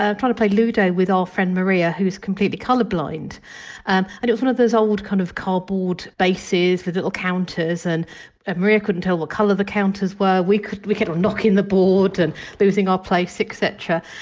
trying to play ludo with our friend maria, who's completely colour blind and it was one of those old kind of cardboard bases with little counters and ah maria couldn't tell what colour the counters were, we we kept on knocking the board and losing our place etc.